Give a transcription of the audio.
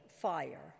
fire